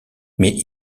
mais